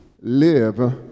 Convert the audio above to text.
live